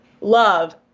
love